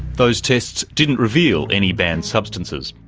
those tests didn't reveal any banned substances.